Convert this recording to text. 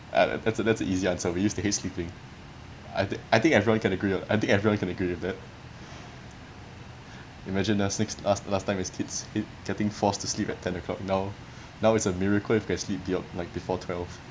ah that's that's an easy answer we use to hate sleeping I I think everyone can agree on I think everyone can agree with it imagine us next last last time as kids it getting forced to sleep at ten o'clock now now it's a miracle if can sleep dea~ like before twelve